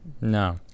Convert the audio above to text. No